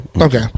Okay